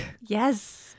yes